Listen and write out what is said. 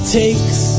takes